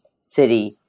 city